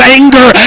anger